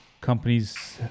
companies